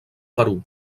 perú